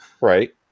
Right